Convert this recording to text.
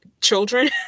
children